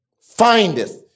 findeth